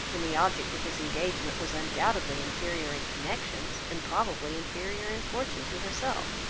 when the object of his engagement was undoubtedly inferior in connections, and probably inferior in fortune to herself.